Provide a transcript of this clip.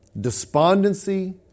Despondency